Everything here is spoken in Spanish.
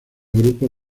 grupo